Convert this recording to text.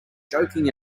joking